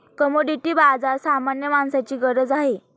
commodity बाजार सामान्य माणसाची गरज आहे